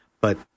but-